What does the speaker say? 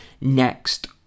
next